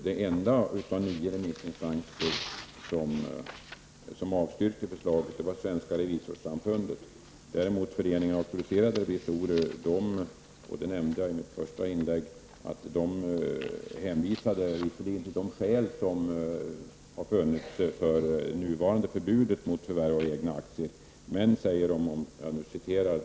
Den enda av nio remissinstanser som avstyrkte förslaget var Svenska Revisorer däremot, vilket jag nämnde i mitt första inlägg, hänvisade visserligen till de skäl som har funnits för det nuvarande förbudet mot förvärv av egna aktier.